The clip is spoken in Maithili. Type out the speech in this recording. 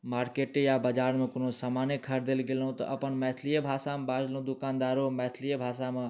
मार्केटे या बजारमे कोनो समाने खरदै ले गेलहुँ तऽ अपन मैथलिये भाषामे बादमे दोकानदारो मैथलिये भाषामे